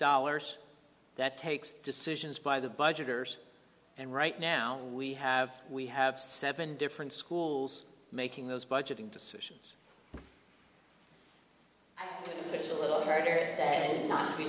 dollars that takes decisions by the budgeters and right now we have we have seven different schools making those budgeting decisions it's a little harder not to be